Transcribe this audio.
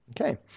Okay